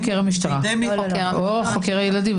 חוקר המשטרה או חוקר הילדים.